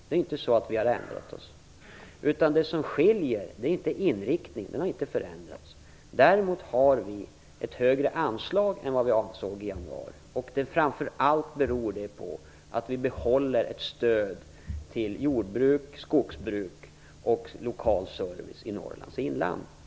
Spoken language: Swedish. Det är inte så, att vi har ändrat oss. Det är inte inriktningen som har förändrats. Däremot har vi ett högre anslag än vad vi hade i januari. Det beror framför allt på att vi behåller ett stöd till jordbruk, skogsbruk och lokal service i Norrlands inland.